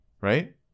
Right